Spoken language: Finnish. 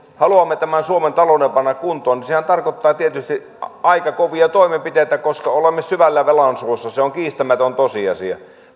haluamme tämän suomen talouden panna kuntoon sehän tarkoittaa tietysti aika kovia toimenpiteitä koska olemme syvällä velan suossa se on kiistämätön tosiasia